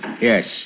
Yes